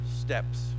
steps